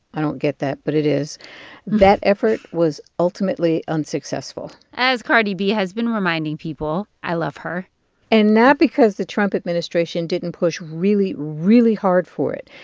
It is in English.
i don't get that, but it is that effort was ultimately unsuccessful as cardi b has been reminding people. i love her and not because the trump administration didn't push really, really hard for it.